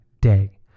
day